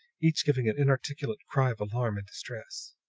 each giving an inarticulate cry of alarm and distress.